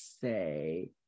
say